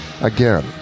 Again